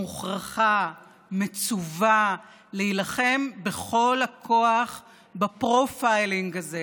מוכרחה, מצווה, להילחם בכל הכוח בפרופיילינג הזה,